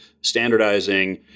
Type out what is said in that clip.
standardizing